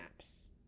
apps